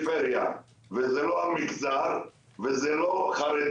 ופריפריה, וזה לא המגזר, וזה לא חרדים